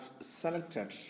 selected